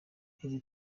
izi